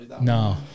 No